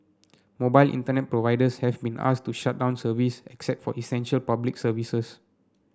mobile Internet providers have been asked to shut down service except for essential Public Services